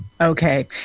Okay